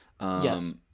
Yes